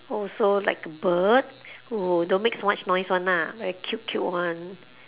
also like a bird who don't make so much noise [one] lah very cute cute [one]